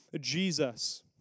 Jesus